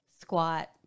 squat